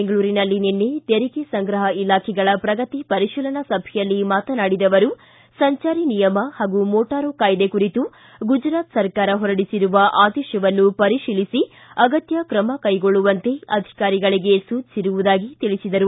ಬೆಂಗಳೂರಿನಲ್ಲಿ ನಿನ್ನೆ ತೆರಿಗೆ ಸಂಗ್ರಹ ಇಲಾಖೆಗಳ ಪ್ರಗತಿ ಪರಿಶೀಲನಾ ಸಭೆಯಲ್ಲಿ ಮಾತನಾಡಿದ ಅವರು ಸಂಚಾರಿ ನಿಯಮ ಹಾಗೂ ಮೋಟಾರು ಕಾಯ್ದೆ ಕುರಿತು ಗುಜರಾತ್ ಸರ್ಕಾರ ಹೊರಡಿಸಿರುವ ಆದೇಶವನ್ನು ಪರಿಶೀಲಿಸಿ ಅಗತ್ಯ ಕ್ರಮ ಕ್ಲೆಗೊಳ್ಳುವಂತೆ ಅಧಿಕಾರಿಗಳಿಗೆ ಸೂಚಿಸಿರುವುದಾಗಿ ತಿಳಿಸಿದರು